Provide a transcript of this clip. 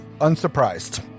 Unsurprised